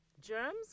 Germs